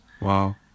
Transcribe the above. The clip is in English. Wow